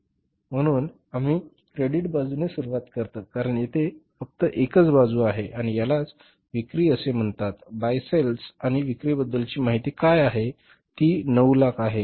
म्हणून आम्ही क्रेडिट बाजूने सुरूवात करतो कारण तेथे फक्त एकच वस्तू आहे आणि यालाच विक्री असे म्हणतात by sales आणि विक्रीबद्दलची माहिती काय आहे ती 9 लाख आहे